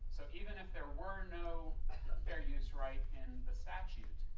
so even if there were no fair use right in the statute,